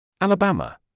Alabama